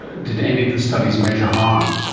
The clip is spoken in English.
did any of the studies measure harm?